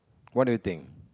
what do you think